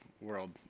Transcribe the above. World